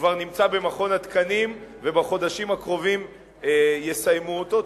שכבר נמצא במכון התקנים ובחודשים הקרובים יסיימו אותו,